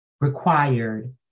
required